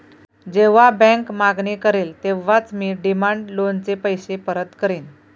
जेव्हा बँक मागणी करेल तेव्हाच मी डिमांड लोनचे पैसे परत करेन